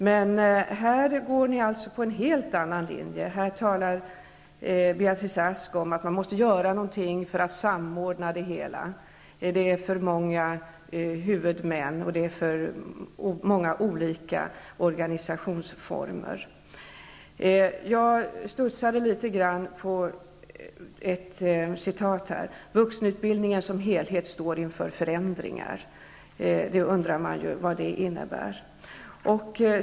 Men här går ni på en helt annan linje. Här talar Beatrice Ask om att man måste göra någonting för att samordna det hela. Det finns för många huvudmän och för många olika organisationsformer. Jag studsade till litet grand inför något statsrådet sade, nämligen att vuxenutbildningen i sin helhet står inför förändringar. Jag undrar vad det innebär.